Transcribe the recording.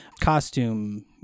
costume